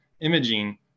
imaging